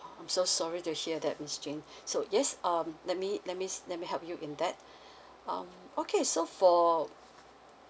I'm so sorry to hear that miss jane so yes um let me let me s~ let me help you in that um okay so for